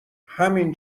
همین